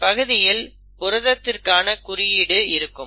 இந்த பகுதியில் புரதத்திற்கான குறியீடு இருக்கும்